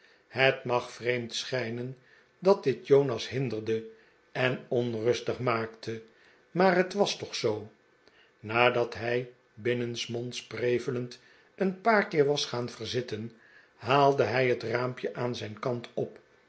het mag vreemd schijnen dat dit jonas hinderde en onrustig maakte maar het was toch zoo nadat hij binnensmonds prevelend een paar keer was gaan verzitten haalde hij het raampje aan zijn kant op